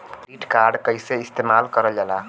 Credit card कईसे इस्तेमाल करल जाला?